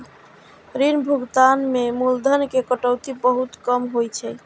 ऋण भुगतान मे मूलधन के कटौती बहुत कम होइ छै